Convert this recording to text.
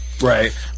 Right